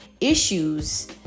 issues